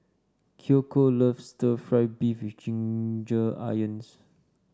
Kiyoko loves stir fry beef with Ginger Onions